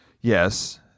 Yes